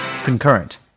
concurrent